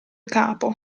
capo